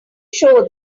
show